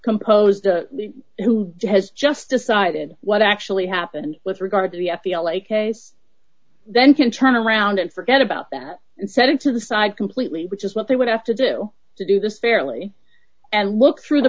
composed who has just decided what actually happened with regard to the s p l a case then can turn around and forget about that and set it to the side completely which is what they would have to do to do this fairly and look through the